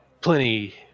plenty